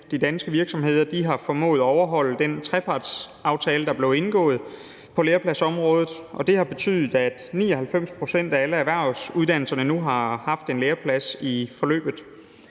De danske virksomheder har formået at overholde den trepartsaftale, der blev indgået på lærepladsområdet. Det har betydet, at 99 pct. af alle erhvervsuddannelserne nu har haft en læreplads i forløbet.